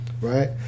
right